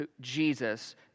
Jesus